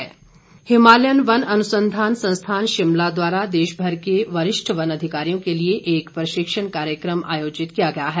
प्रशिक्षण कार्यक्रम हिमालयन वन अनुसंधान संस्थान शिमला द्वारा देश भर के वरिष्ठ वन अधिकारियों के लिए एक प्रशिक्षण कार्यक्रम आयोजित किया गया है